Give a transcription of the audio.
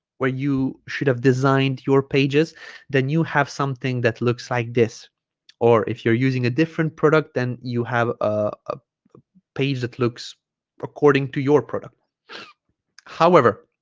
where you should have designed your pages then you have something that looks like this or if you're using a different product then you have a page that looks according to your product however